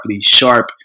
Sharp